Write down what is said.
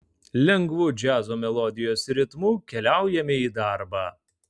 lengvu džiazo melodijos ritmu keliaujame į darbą